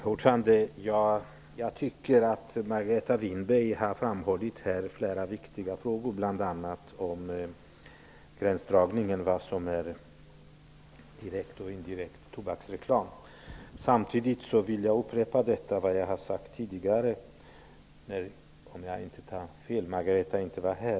Herr talman! Jag tycker att Margareta Winberg här har framhållit flera viktiga saker, bl.a. om gränsdragningen mellan direkt och indirekt tobaksreklam. Samtidigt vill jag upprepa vad jag sade medan Margareta Winberg, om jag inte tar fel, inte var här.